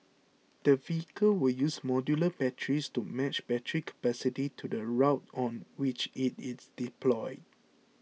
the vehicle will use modular batteries to match battery capacity to the route on which it is deployed